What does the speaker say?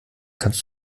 kannst